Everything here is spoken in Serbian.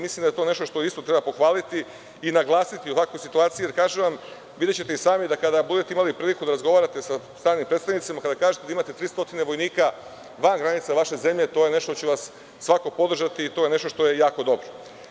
Mislim da je to nešto što isto treba pohvaliti i naglasiti, jer ćete videti i sami kada budete imali priliku da razgovarate sa stalnim predstavnicima i kada kažete da imate 300 vojnika van granica vaše zemlje, to je nešto za šta će vas svako podržati i nešto što je jako dobro.